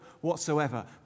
whatsoever